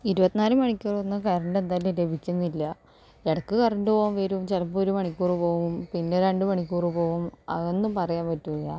ഇരുപത്തി നാല് മണിക്കൂറൊന്നും കറണ്ടെന്തായാലും ലഭിക്കുന്നില്ല ഇടയ്ക്ക് കറണ്ട് പോകും വരും ചിലപ്പോൾ ഒരു മണിക്കൂർ പോകും പിന്നെ രണ്ട് മണിക്കൂർ പോകും അതൊന്നും പറയാൻ പറ്റില്ല